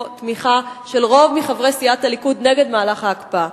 תמיכה של רוב מחברי סיעת הליכוד נגד מהלך ההקפאה.